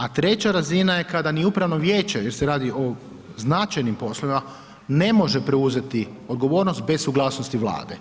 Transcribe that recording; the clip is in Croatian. A treća razina je kada ni Upravno vijeće, jer se radi o značajnim poslovima, ne može preuzeti odgovornost bez suglasnosti Vlade.